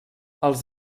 els